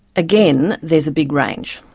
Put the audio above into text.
again, there's a big range.